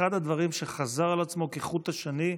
אחד הדברים שחזר על עצמו כחוט השני,